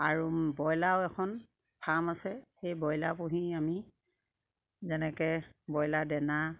আৰু ব্ৰইলাৰো এখন ফাৰ্ম আছে সেই ব্ৰইলাৰ পুহি আমি যেনেকে ব্ৰইলাৰ দেনা